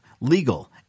legal